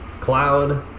cloud